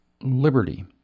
liberty